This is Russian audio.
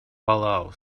палау